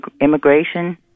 immigration